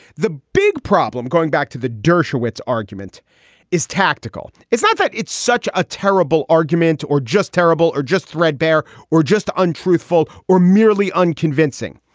the big problem going back to the dershowitz argument is tactical. it's not that it's such a terrible argument or just terrible or just threadbare or just untruthful or merely unconvincing.